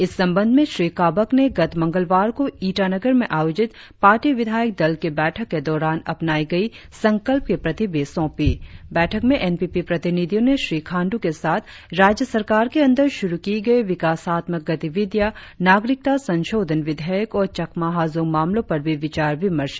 इस संबंध में श्री काबक ने गत मंगलवार को ईटानगर में आयोजित पार्टी विधायक दल की बैठक के दौरान अपनाई गई संकल्प की प्रति भी सौंपी बैठक में एन पी पी प्रतिनिधियों ने श्री खाण्डू के साथ राज्य सरकार के अंदर शुरु की गई विकासात्मक गतिविधियां नागरिकता संशोधन विधेयक और चकमा हाजोंग मामलों पर भी विचार विमर्श किया